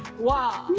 wow!